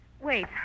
wait